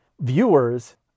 viewers